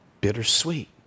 Bittersweet